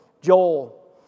Joel